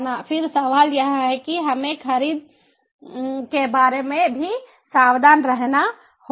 फिर सवाल यह है कि हमें खरीद के बारे में भी सावधान रहना होगा